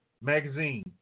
Magazine